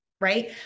right